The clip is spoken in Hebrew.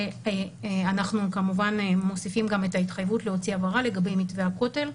אנחנו כמובן מוסיפים גם התחייבות להוציא הבהרה לגבי מתווה הכותל,